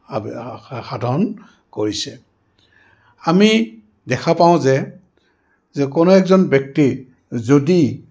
সাধন কৰিছে আমি দেখা পাওঁ যে যে কোনো এজন ব্যক্তিৰ যদি